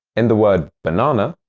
in the word banana,